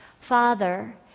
Father